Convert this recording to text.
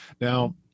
Now